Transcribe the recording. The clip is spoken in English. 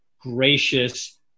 gracious